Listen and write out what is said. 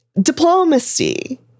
diplomacy